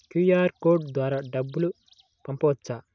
QR code ద్వారా డబ్బులు పంపవచ్చా?